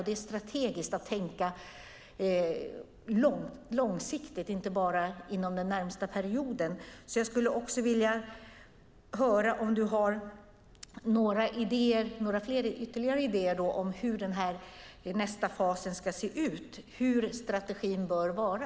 Det är strategiskt viktigt att tänka långsiktigt, inte bara inom den närmaste perioden. Jag skulle också vilja höra om du har några ytterligare idéer om hur nästa fas ska se ut och hurdan strategin bör vara.